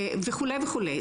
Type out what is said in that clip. וכו' וכו'.